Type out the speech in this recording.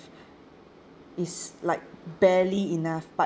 is like barely enough but